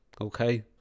okay